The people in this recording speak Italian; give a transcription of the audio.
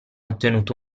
ottenuto